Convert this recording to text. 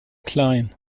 klein